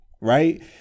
Right